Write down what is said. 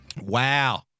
Wow